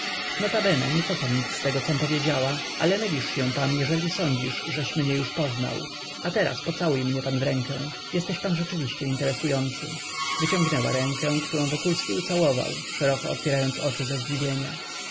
notabene nie cofam nic z tego com powiedziała ale mylisz się pan jeżeli sądzisz żeś mnie już poznał a teraz pocałuj mnie pan w rękę jesteś pan rzeczywiście interesujący wyciągnęła rękę którą wokulski ucałował szeroko otwierając oczy ze zdziwienia